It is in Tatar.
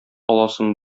аласым